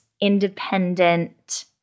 independent